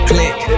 Click